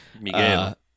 Miguel